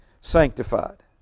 sanctified